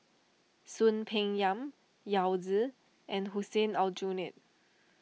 Soon Peng Yam Yao Zi and Hussein Aljunied